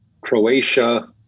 Croatia